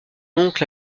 oncle